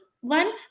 one